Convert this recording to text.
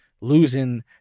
losing